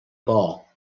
ball